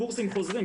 קורסים חוזרים,